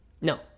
No